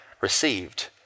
received